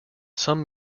some